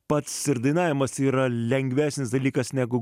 pats ir dainavimas yra lengvesnis dalykas negu